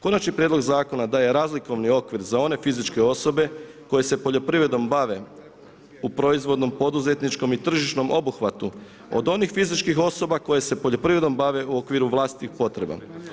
Konačni prijedlog Zakona daje razlikovni okvir za one fizičke osobe koje se poljoprivredom bave u proizvodnom, poduzetničkom i tržišnom obuhvatu od onih fizičkih osoba koje se poljoprivredom bave u okviru vlastitih potreba.